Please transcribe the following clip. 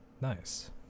nice